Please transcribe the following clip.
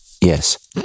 Yes